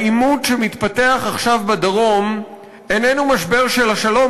העימות שמתפתח עכשיו בדרום איננו משבר של השלום,